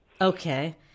Okay